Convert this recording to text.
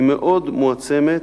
היא מאוד מועצמת,